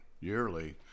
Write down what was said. yearly